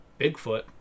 Bigfoot